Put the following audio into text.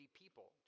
people